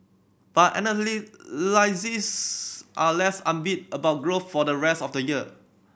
but are less upbeat about growth for the rest of the year